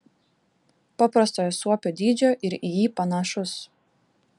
paprastojo suopio dydžio ir į jį panašus